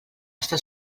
està